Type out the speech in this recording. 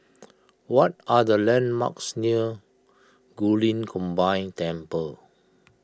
what are the landmarks near Guilin Combined Temple